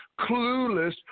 clueless